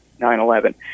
9-11